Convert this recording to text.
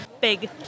Big